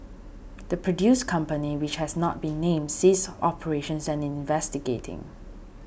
the produce company which has not been named ceased operations and is investigating